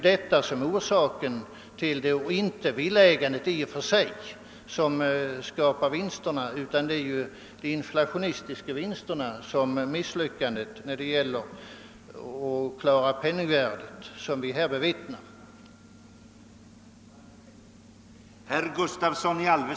Det är inte villaägandet som sådant som skapar vinsterna, utan det är den inflationistiska utveckling som är en följd av misslyckandet i strävandena att bevara penningvärdet.